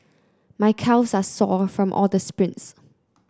my calves are sore from all the sprints